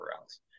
else